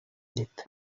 llit